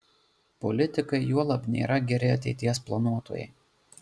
politikai juolab nėra geri ateities planuotojai